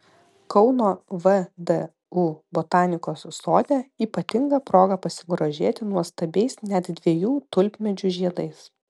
kauno vdu botanikos sode ypatinga proga pasigrožėti nuostabiais net dviejų tulpmedžių žiedais